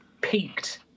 peaked